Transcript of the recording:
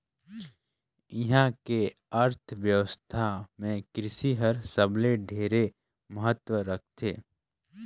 इहां के अर्थबेवस्था मे कृसि हर सबले ढेरे महत्ता रखथे